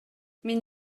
мен